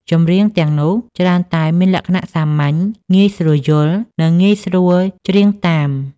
ចម្រៀងទាំងនោះច្រើនតែមានលក្ខណៈសាមញ្ញ ងាយស្រួលយល់ និងងាយស្រួលច្រៀងតាម